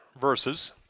verses